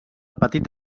petit